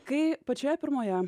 kai pačioje pirmoje